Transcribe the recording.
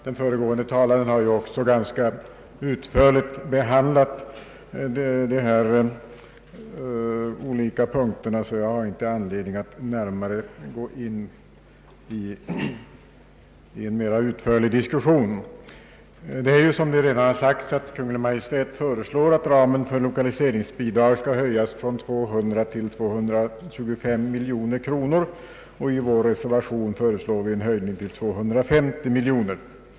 Den föregående talaren har ju redan ganska utförligt behandlat de olika avsnitten, och jag har därför inte anledning att gå in i en mera utförlig diskussion. Kungl. Maj:t föreslår, såsom redan framhållits, att ramen för lokaliseringsbidrag skall vidgas från 200 miljoner till 225 miljoner kronor. I vår reservation på denna punkt föreslår vi en höjning till 250 miljoner kronor.